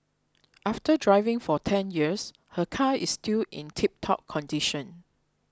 after driving for ten years her car is still in tiptop condition